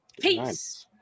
Peace